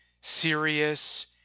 serious